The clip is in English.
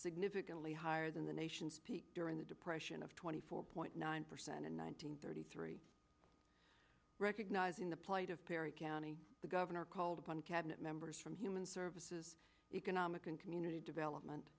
significantly higher than the nation during the depression of twenty four point nine percent in one nine hundred thirty three recognizing the plight of perry county the governor called upon cabinet members from human services economic and community development